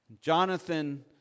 Jonathan